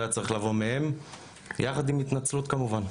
היה צריך לבוא מהם יחד עם התנצלות כמובן.